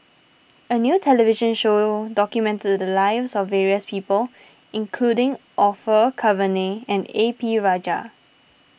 a new television show documented the lives of various people including Orfeur Cavenagh and A P Rajah